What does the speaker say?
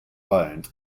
earned